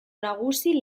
nagusi